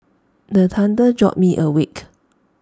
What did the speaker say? the thunder jolt me awake